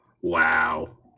Wow